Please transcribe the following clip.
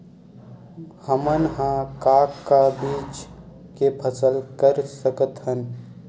हमन ह का का बीज के फसल कर सकत हन?